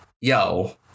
yo